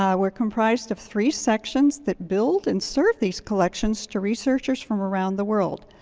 um we're comprised of three sections that build and serve these collections to researchers from around the world.